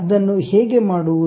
ಅದನ್ನು ಹೇಗೆ ಮಾಡುವುದು